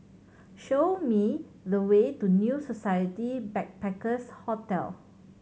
show me the way to New Society Backpackers' Hotel